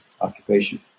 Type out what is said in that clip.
occupation